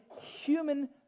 human